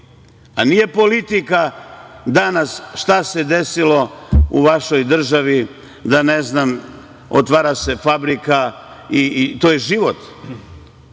Nije politika danas šta se desilo u vašoj državi, ne znam, otvara se fabrika, i to je život.